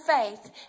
faith